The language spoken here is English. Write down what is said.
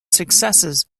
successes